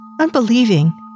unbelieving